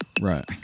Right